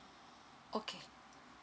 okay